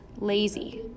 lazy